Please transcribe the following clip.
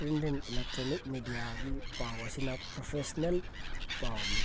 print and electronic ꯃꯦꯗꯤꯌꯥꯒꯤ ꯄꯥꯎ ꯑꯁꯤꯅ ꯄ꯭ꯔꯣꯐꯦꯁꯅꯦꯜ ꯄꯥꯎꯅꯤ